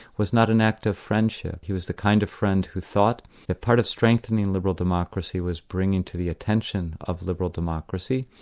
was not an act of friendship. he was the kind of friend who thought the part of strengthening liberal democracy was bringing to the attention of liberal democracy,